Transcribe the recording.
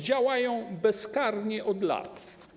Działają bezkarnie od lat.